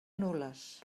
nules